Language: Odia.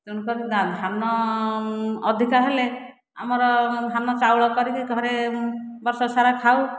ତେଣୁକରି ଧାନ ଅଧିକ ହେଲେ ଆମର ଧାନ ଚାଉଳ କରିକି ଘରେ ବର୍ଷ ସାରା ଖାଉ